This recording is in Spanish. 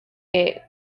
que